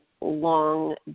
long